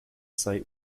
site